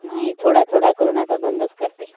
नाह थोडा थोडा करून आता बंदच करते